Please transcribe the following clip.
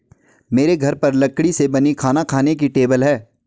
मेरे घर पर लकड़ी से बनी खाना खाने की टेबल है